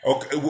Okay